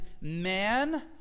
man